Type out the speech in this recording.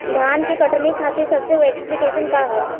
धान के कटनी खातिर सबसे बढ़िया ऐप्लिकेशनका ह?